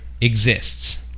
exists